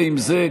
זה עם זה,